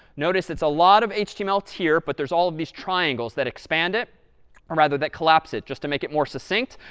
notice it's a lot of html here, but there's all of these triangles that expand it rather, that collapse it, just to make it more succinct.